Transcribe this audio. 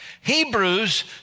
Hebrews